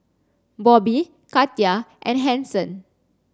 Bobbie Katia and Hanson